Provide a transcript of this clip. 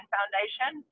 Foundation